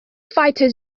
fighter